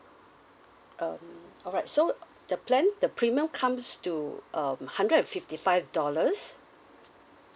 um alright so the plan the premium comes to um hundred and fifty five dollars